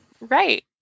Right